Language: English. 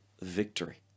victory